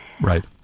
Right